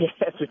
Yes